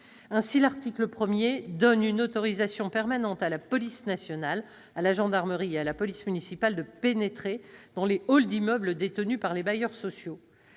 Ainsi, l'article 1 donne une autorisation permanente à la police nationale, à la gendarmerie et à la police municipale de pénétrer dans les halls d'immeubles détenus par les bailleurs sociaux.